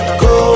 go